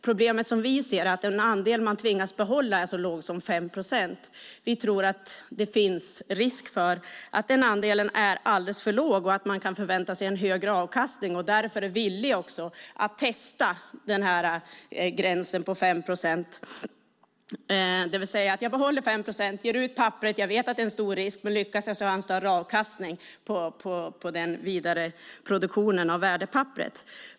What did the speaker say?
Problemet är dock att den andel man tvingas behålla är så låg som 5 procent. Vi tror att den andelen är för låg och att man om man förväntar sig en högre avkastning är villig att testa gränsen på 5 procent. Man behåller 5 procent och ger ut papperet trots att man vet att det är en stor risk och om man lyckas får man en större avkastning på vidare produktion av värdepapperet.